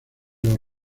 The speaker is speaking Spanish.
los